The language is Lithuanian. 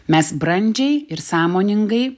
mes brandžiai ir sąmoningai